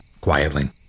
quietly